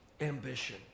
ambition